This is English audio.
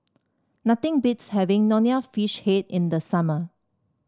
nothing beats having Nonya Fish Head in the summer